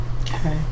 Okay